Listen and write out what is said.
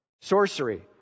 Sorcery